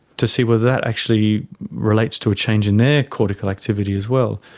to see whether that actually relates to a change in their cortical activity as well.